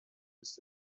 دوس